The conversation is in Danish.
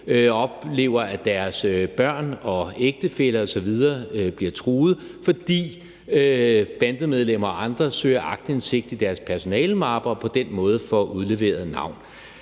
oplever, at deres børn og ægtefæller osv. bliver truet, fordi bandemedlemmer eller andre søger aktindsigt i deres personalemappe, og på den måde får udleveret deres